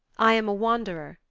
i am a wanderer,